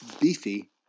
beefy